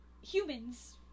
humans